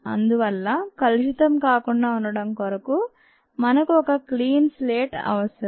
అందువల్ల కలుషితం కాకుండా ఉండటం కొరకు మనకు ఒక క్లీన్ స్లేట్ అవసరం